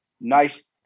nice